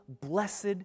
blessed